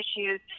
issues